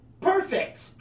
Perfect